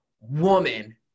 woman